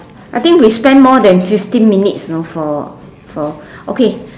I think we spent more than fifteen minutes you know for for okay